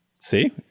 See